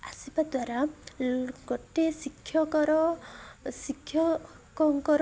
ଦ୍ୱାରା ଗୋଟେ ଶିକ୍ଷକର ଶିକ୍ଷକଙ୍କର